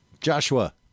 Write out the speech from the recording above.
Joshua